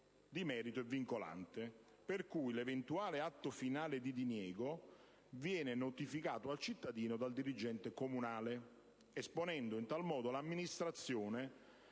di merito e vincolante. Pertanto, l'eventuale atto finale di diniego viene notificato al cittadino dal dirigente comunale, esponendo in tal modo l'amministrazione